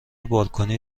بالکنی